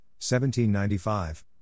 1795